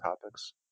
topics